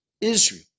Israel